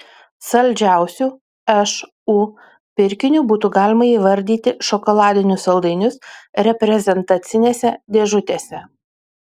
saldžiausiu šu pirkiniu būtų galima įvardyti šokoladinius saldainius reprezentacinėse dėžutėse